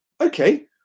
okay